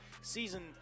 season